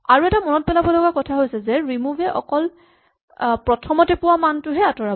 আৰু এটা মনত পেলাব লগা কথা হৈছে যে ৰিমোভ এ অকল প্ৰথমতে পোৱা মানটোহে আঁতৰাব